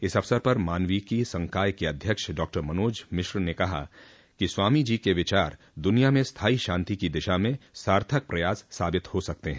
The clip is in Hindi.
इस अवसर पर मानविकी संकाय के अध्यक्ष डॉक्टर मनोज मिश्र ने कहा कि स्वामी जी के विचार दुनिया में स्थायी शांति की दिशा में सार्थक प्रयास साबित हो सकते हैं